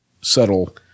subtle